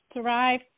thrive